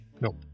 Nope